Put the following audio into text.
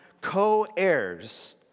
Co-heirs